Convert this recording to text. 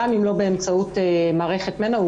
גם אם לא באמצעות מערכת מנ"ע,